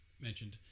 mentioned